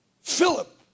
Philip